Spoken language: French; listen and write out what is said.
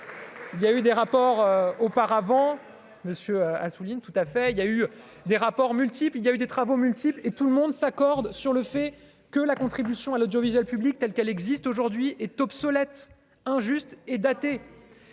il y a eu des rapports auparavant. Monsieur Assouline tout à fait, il y a eu des rapports multiples, il y a eu des travaux multiples et tout le monde s'accorde sur le fait que la contribution à l'audiovisuel public, telle qu'elle existe aujourd'hui est obsolète, injuste et daté